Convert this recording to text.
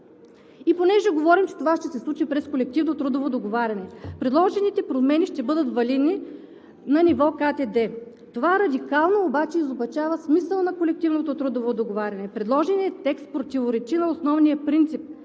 И понеже говорим, че това ще се случи през колективно трудово договаряне, предложените промени ще бъдат валидни на ниво КТД. Това радикално обаче изопачава смисъла на колективното трудово договаряне. Предложеният текст противоречи на основния принцип,